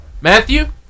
Matthew